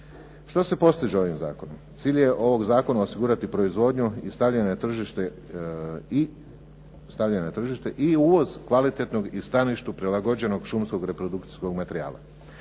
Što se postiže ovim zakonom? Cilj je ovim zakonom osigurati proizvodnju i stavljanje na tržište i uvoz kvalitetnog i staništu prilagođenog šumskog reprodukcijskog materijala